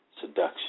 seduction